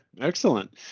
excellent